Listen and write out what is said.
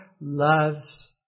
loves